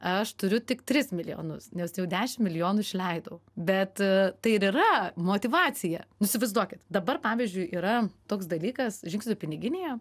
aš turiu tik tris milijonus nes jau dešim milijonų išleidau bet tai ir yra motyvacija įsivaizduokit dabar pavyzdžiui yra toks dalykas žingsnių piniginėje